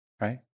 Right